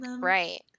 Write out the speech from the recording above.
right